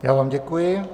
Já vám děkuji.